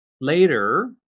later